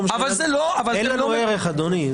אין לנו ערך, אדוני.